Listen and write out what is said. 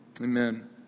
Amen